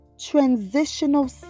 transitional